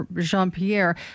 Jean-Pierre